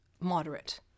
moderate